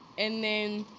and then,